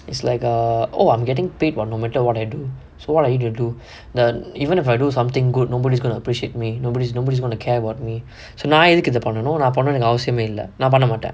it's like err oh I'm getting paid for no matter what I do so want you to do that even if I do something good nobody's going to appreciate me nobody's nobody's going to care about me so நா எதுக்கு இத பண்ணனும் நான் பண்ணனுனு அவசியம் இல்ல நான் பண்ணமாட்ட:naa ethukku itha pannanum naan pannamaatta avasiyam illa